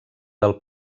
del